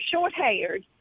short-haired